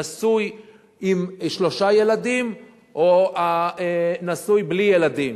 נשוי עם שלושה ילדים או נשוי בלי ילדים?